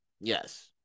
Yes